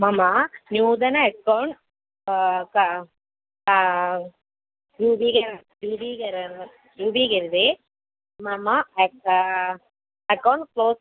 मम नूतन अकौण्ट् मम अक अकौण्ट् क्लोस्